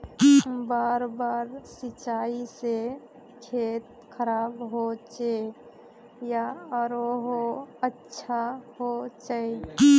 बार बार सिंचाई से खेत खराब होचे या आरोहो अच्छा होचए?